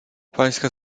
pańska